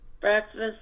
breakfast